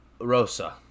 Rosa